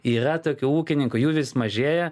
yra tokių ūkininkų jų vis mažėja